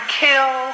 kill